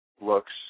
looks